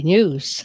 News